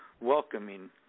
welcoming